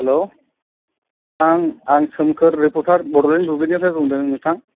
hello आं आं सोमखोर रेपरटार बडलेन्ड बुब्लिनिफ्राय बुंदों नोंथां